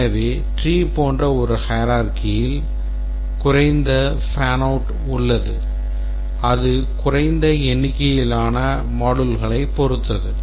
எனவே tree போன்ற ஒரு hierarchyல் குறைந்த fan out உள்ளது அது குறைந்த எண்ணிக்கையிலான moduleகளைப் பொறுத்தது